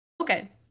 Okay